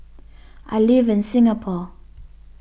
I live in Singapore